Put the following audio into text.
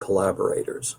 collaborators